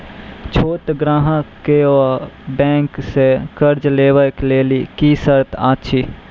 छोट ग्राहक कअ बैंक सऽ कर्ज लेवाक लेल की सर्त अछि?